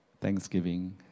thanksgiving